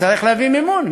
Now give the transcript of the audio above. נצטרך להביא מימון,